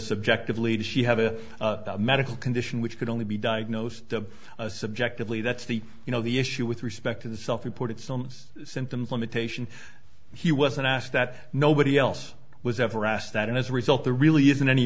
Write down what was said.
subjective lead she have a medical condition which could only be diagnosed subjectively that's the you know the issue with respect to the self reported some symptoms limitation he wasn't asked that nobody else was ever asked that and as a result there really isn't any